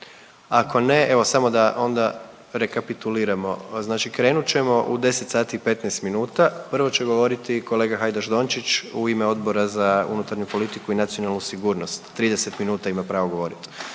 Ako ne, evo samo da onda rekapituliramo, znači krenut ćemo u 10 sati i 15 minuta, prvo će govoriti kolega Hajdaš Dončić u ime Odbora za unutarnju politiku i nacionalnu sigurnost, 30 minuta ima pravo govorit.